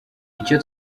icyo